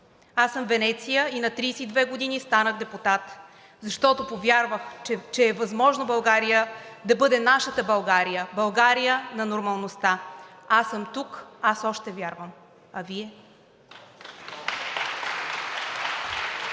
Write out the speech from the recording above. Аз съм Венеция и на 32 години станах депутат, защото повярвах, че е възможно България да бъде нашата България – България на нормалността. Аз съм тук, аз още вярвам. А Вие?